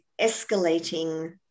escalating